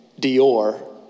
Dior